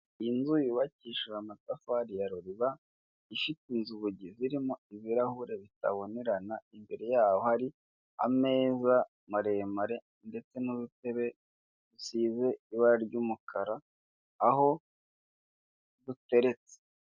Inzu yubakishije amatafari ya ruriba ifite inzugi irimo ibirahure bitabonerana, imbere yaho hari ameza maremare ndetse n'udutebe dusize ibara ry'umukara aho duteretse.